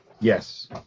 Yes